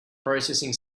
processing